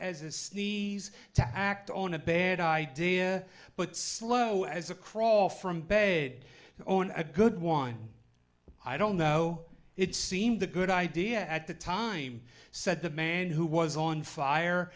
these to act on a bad idea but slow as a crawl from bed own a good one i don't know it seemed a good idea at the time said the man who was on fire